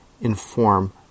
inform